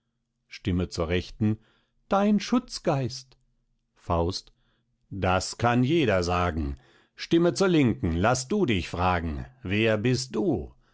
stimme zur rechten dein schutzgeist faust das kann jeder sagen stimme zur linken laß du dich fragen wer bist du